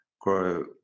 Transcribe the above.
grow